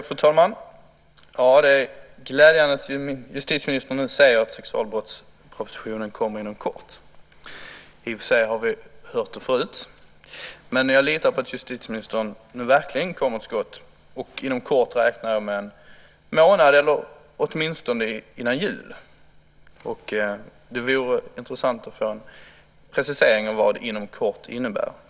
Fru talman! Det är glädjande att justitieministern nu säger att sexualbrottspropositionen kommer inom kort. I och för sig har vi hört det förut, men jag litar på att justitieministern nu verkligen kommer till skott. "Inom kort" räknar jag som inom en månad eller åtminstone före jul. Det vore intressant att få en precisering av vad "inom kort" innebär.